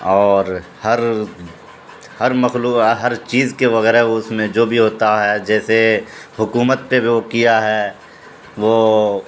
اور ہر ہر مخلو ہر چیز کے وغیرہ اس میں جو بھی ہوتا ہے جیسے حکومت پہ بھی وہ کیا ہے وہ